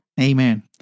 Amen